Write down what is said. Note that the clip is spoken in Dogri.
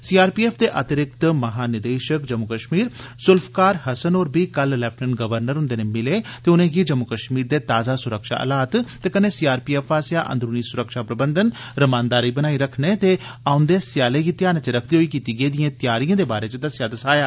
सीआरपीएफ दे अतिरिक्त महानिदेषक जम्मू कष्मीर जुल्फकार हसन होर बी कल लेफ्टिनेंट गवर्नर हुंदे नै मिले ते उनेंगी जम्मू कष्मीर दे ताजा सुरक्षा हालात ते कन्नै सीआरपीएफ आस्सेआ अंदरूनी सुरक्षा प्रबंधन रमानदारी बनाई रखने ते ओह्दे स्याले गी ध्यानै च रखदे होई कीती गेदिएं तैआरिएं बारे च दस्सेआ दसाया